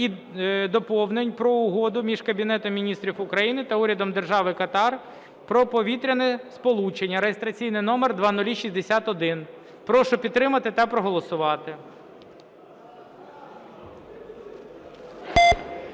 і доповнень до Угоди між Кабінетом Міністрів України та Урядом Держави Катар про повітряне сполучення (реєстраційний номер 0061). Прошу підтримати та проголосувати.